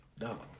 No